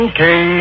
Okay